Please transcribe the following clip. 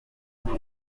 dore